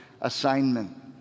assignment